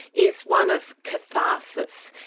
is one of catharsis.